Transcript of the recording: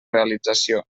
realització